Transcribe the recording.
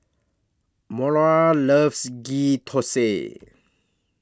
Mora loves Ghee Thosai